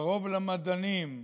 כבוד למדענים.